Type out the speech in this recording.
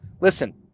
listen